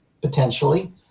potentially